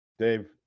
Dave